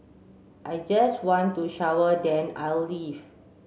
I just want to shower then I'll leave